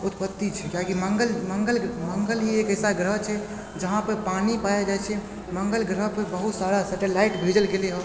उत्पत्ति छै किआकि मंगल ही एक ऐसा ग्रह छै जहाँपे पानी पाओल जाइत छै मंगल ग्रह पर बहुत सारा सेटेलाइट भेजल गेलय हँ